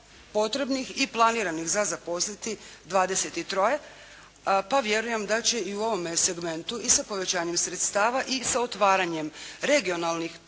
potrebnih i planiranih za zaposliti 23 pa vjerujem da će i u ovome segmentu i sa povećanjem sredstava i sa otvaranjem regionalnih,